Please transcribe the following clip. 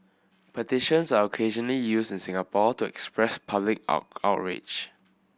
petitions are occasionally used in Singapore to express public outrage